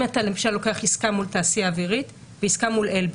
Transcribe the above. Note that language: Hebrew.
אם אתה למשל לוקח עסקה מול תעשייה אווירית ועסקה מול אלביט,